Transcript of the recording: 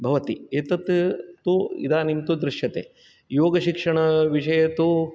एतत् तु इदानीं तु दृश्यते योगशिक्षणविषये तु स्वा